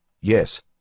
Yes